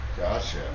Gotcha